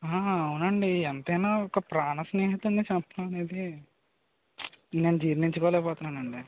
ఆ అవును అండి ఎంత అయినా ఒక ప్రాణ స్నేహితుడిని చంపడం అనేది నేను జీర్ణించుకోలేకపోతున్నాను అండి